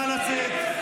נא לצאת.